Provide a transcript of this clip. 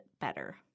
better